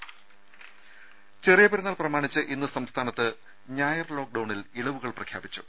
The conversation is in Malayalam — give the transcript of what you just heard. രുഭ ചെറിയ പെരുന്നാൾ പ്രമാണിച്ച് ഇന്ന് സംസ്ഥാനത്ത് ഞായർ ലോക്ഡൌണിൽ ഇളവുകൾ പ്രഖ്യാപിച്ചു